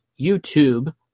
YouTube